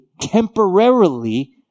temporarily